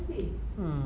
mm